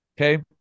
okay